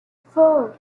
four